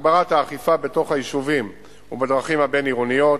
הגברת האכיפה בתוך היישובים ובדרכים הבין-עירוניות,